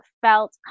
felt